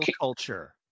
culture